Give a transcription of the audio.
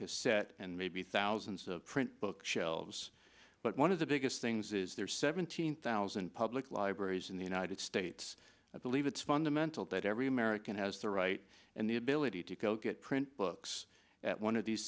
cassette and maybe thousands of print book shelves but one of the biggest things is there are seventeen thousand public libraries in the united states i believe it's fundamental that every american has the right and the ability to go get print books at one of these